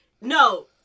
No